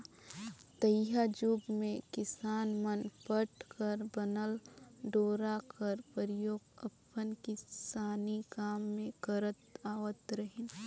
तइहा जुग मे किसान मन पट कर बनल डोरा कर परियोग अपन किसानी काम मे करत आवत रहिन